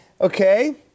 Okay